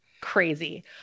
Crazy